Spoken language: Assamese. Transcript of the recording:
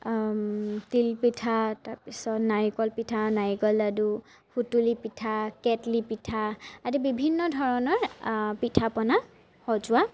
তিলপিঠা তাৰপিছত নাৰিকল পিঠা নাৰিকল লাডু সুতুলী পিঠা কেটলী পিঠা আদি বিভিন্ন ধৰণৰ পিঠা পনা সজোৱা